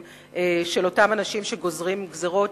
של אותם אנשים שגוזרים גזירות